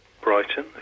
Brighton